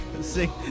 sing